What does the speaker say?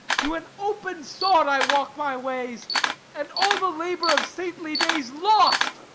to an open sod, i walk my ways and all the labour of saintly days lost,